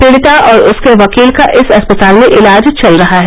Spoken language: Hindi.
पीड़िता और उसके वकील का इस अस्पताल में इलाज चल रहा है